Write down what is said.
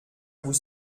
vous